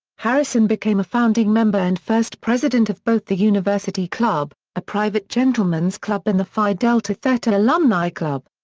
harrison became a founding member and first president of both the university club, a private gentlemen's club and the phi delta theta alumni club.